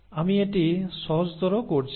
আমি এটি সহজতর করছি